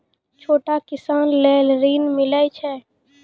छोटा किसान लेल ॠन मिलय छै?